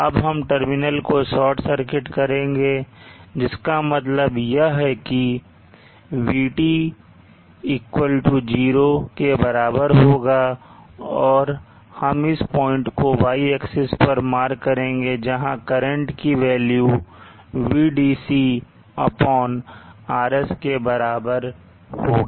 अब हम टर्मिनल को शॉर्ट सर्किट करेंगे जिसका मतलब यह है कि vT 0 के बराबर होगा और हम इस पॉइंट को y axis पर मार्क करेंगे जहां करंट की वेल्यू Vdc RS के बराबर होगी